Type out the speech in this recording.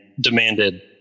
demanded